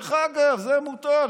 דרך אגב, זה מותר.